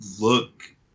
look